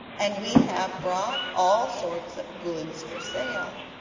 and we have brought all sorts of goods for sale.